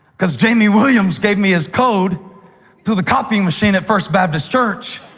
because jamie williams gave me his code to the copy machine at first baptist church